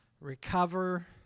recover